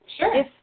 Sure